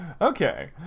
Okay